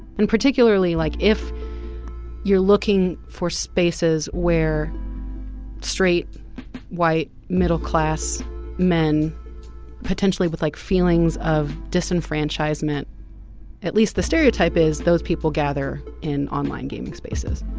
and particularly like if you're looking for spaces where straight white middle class men potentially with like feelings of disenfranchisement at least the stereotype is those people gather in online gaming spaces